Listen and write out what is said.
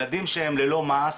ילדים שהם ללא מעש,